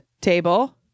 table